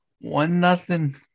One-nothing